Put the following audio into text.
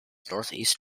northeast